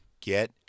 get